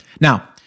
now